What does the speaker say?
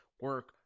Work